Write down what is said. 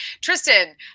Tristan